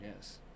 Yes